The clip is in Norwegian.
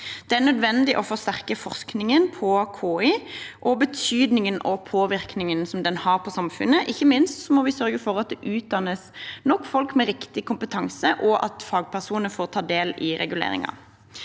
Det er nødvendig å forsterke forskningen på KI og betydningen og påvirkningen den har i samfunnet. Ikke minst må vi sørge for at det utdannes nok folk med riktig kompetanse, og at fagpersoner får ta del i reguleringen.